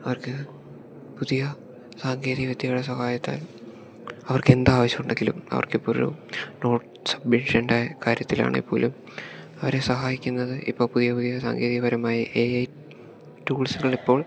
അവർക്ക് പുതിയ സാങ്കേതിക വിദ്യയുടെ സഹായത്താൽ അവർക്കെന്ത് ആവശ്യമുണ്ടെങ്കിലും അവർക്കിപ്പോൾ ഒരു നോട്ട് സബ്മിഷൻ്റെ കാര്യത്തിലാണെപ്പോലും അവരെ സഹായിക്കുന്നത് ഇപ്പോൾ പുതിയ പുതിയ സാങ്കേതികപരമായ എ ഐ ടൂൾസുകൾ ഇപ്പോൾ